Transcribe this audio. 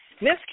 Miss